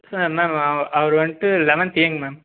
ma'am அ அவர் வந்துட்டு லெவன்த்து ஏங்க மேம்